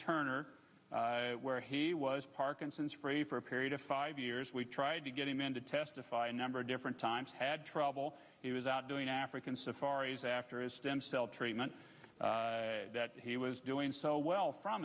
turner where he was parkinson's for a period of five years we've tried to get him in to testify a number of different times had trouble he was out doing african safaris after his stem cell treatment that he was doing so well